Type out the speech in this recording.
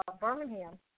Birmingham